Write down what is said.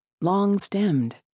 long-stemmed